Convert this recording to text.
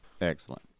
Excellent